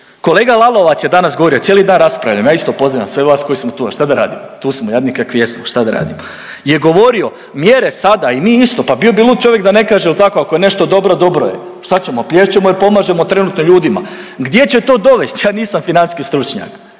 Kolega Lalovac je danas govorio, ja cijeli dan raspravljam ja isto pozivam sve vas koji smo tu, a šta da radimo, tu smo jadni kakvi jesmo, šta da radimo, je govorio mjere sada i mi isto, pa bio bi lud čovjek da ne kaže ako je nešto dobro, dobro, šta ćemo plješćemo i pomažemo trenutno ljudima, gdje će to dovesti. Ja nisam financijski stručnjak,